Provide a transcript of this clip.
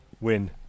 Win